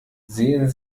sehen